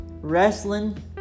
wrestling